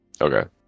Okay